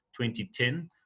2010